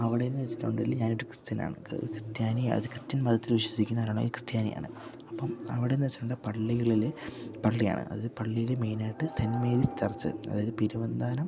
അവിടെ നിന്ന് വെച്ചിട്ടുണ്ടെങ്കിൽ ഞാനൊരു ക്രിസ്ത്യനാണ് അത് ക്രിസ്ത്യാനി അത് ക്രിസ്ത്യൻ മതത്തിൽ വിശ്വസിക്കുന്നവരാണെങ്കിൽ ക്രിസ്ത്യാനിയാണ് അപ്പം അവിടെ നിന്ന് വെച്ചിട്ടുണ്ടെങ്കിൽ പള്ളികളിൽ പള്ളിയാണ് അത് പള്ളിയിൽ മെയിനായിട്ട് സെൻ്റ് മേരീസ് ചർച്ച് അതായത് പെരുവന്താനം